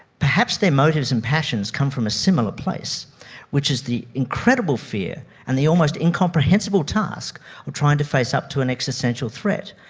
perhaps their motives and passions come from a similar place which is the incredible fear and the almost incomprehensible task of trying to face up to an existential threat.